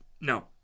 No